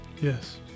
yes